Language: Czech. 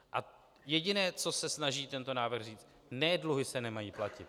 A jediné, co se snaží tento návrh říct: Ne dluhy se nemají platit.